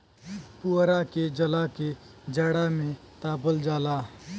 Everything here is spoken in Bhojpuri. पुवरा के जला के जाड़ा में तापल जाला